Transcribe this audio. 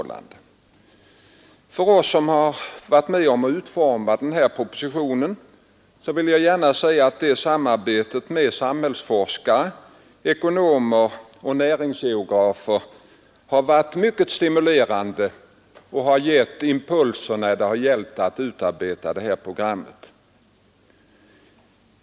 Jag vill gärna säga att för oss som varit med om att utforma denna proposition har samarbetet med olika samhällsforskare, bl.a. ekonomer och näringsgeografer, varit mycket stimulerande och givit impulser när det gällt att utarbeta detta program.